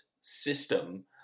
system